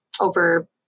over